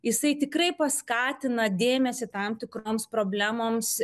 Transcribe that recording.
jisai tikrai paskatina dėmesį tam tikroms problemoms